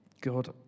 God